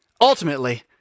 ultimately